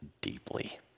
deeply